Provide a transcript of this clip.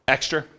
Extra